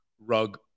rug